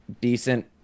Decent